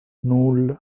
nul